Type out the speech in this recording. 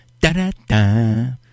da-da-da